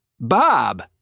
Bob